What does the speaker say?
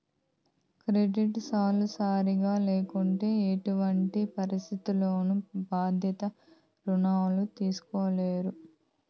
credit score సరిగా లేకుంటే ఎసుమంటి పరిస్థితుల్లోనూ భద్రత రుణాలు తీస్కోలేరు